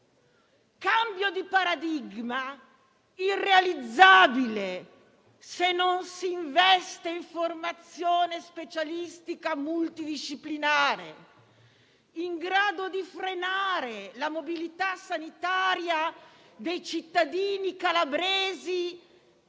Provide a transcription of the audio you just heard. cambio di paradigma irrealizzabile, se non si investe in formazione specialistica multidisciplinare in grado di frenare la mobilità sanitaria dei cittadini calabresi